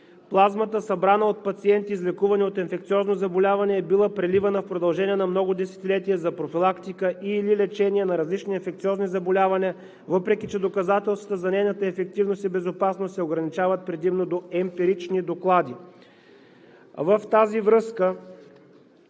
Плазмата, събрана от пациенти, излекувани от инфекциозно заболяване, е била преливана в продължение на много десетилетия за профилактика или лечение на различни инфекциозни заболявания, въпреки че доказателствата за нейната ефективност и безопасност се ограничават предимно до емпирични доклади. В тази връзка